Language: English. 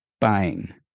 buying